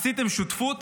עשיתם שותפות